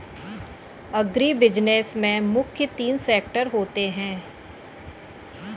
agribusiness में मुख्य तीन सेक्टर होते है